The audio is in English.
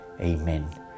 Amen